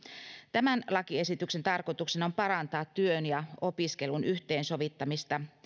tämän lakiesityksen tarkoituksena on parantaa työn ja opiskelun yhteensovittamista